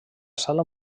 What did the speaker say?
sala